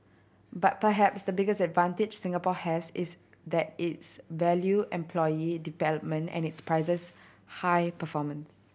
but perhaps the biggest advantage Singapore has is that it's value employee development and it prizes high performance